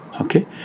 okay